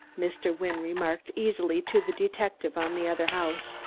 mr. wynne remarked easily to the detective on the other house,